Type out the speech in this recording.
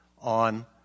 on